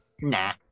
nah